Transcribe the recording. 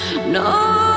No